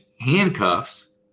handcuffs